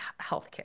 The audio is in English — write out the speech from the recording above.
healthcare